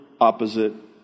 opposite